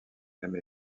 même